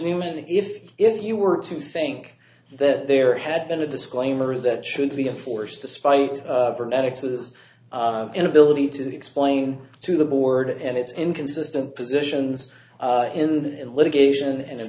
newman if if you were to think that there had been a disclaimer that should be a force despite her ex's inability to explain to the board and its inconsistent positions in the litigation and in